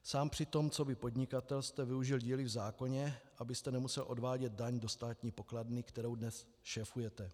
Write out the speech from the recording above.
Sám přitom coby podnikatel jste využil díry v zákoně, abyste nemusel odvádět daň do státní pokladny, kterou dnes šéfujete.